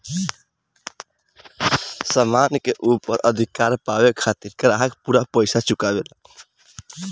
सामान के ऊपर अधिकार पावे खातिर ग्राहक पूरा पइसा चुकावेलन